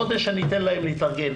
חודש אני אתן להם להתארגן.